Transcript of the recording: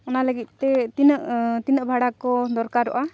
ᱚᱱᱟ ᱞᱟᱹᱜᱤᱫ ᱛᱮ ᱛᱤᱱᱟᱹᱜ ᱛᱤᱱᱟᱹᱜ ᱵᱷᱟᱲᱟ ᱠᱚ ᱫᱚᱨᱠᱟᱨᱚᱜᱼᱟ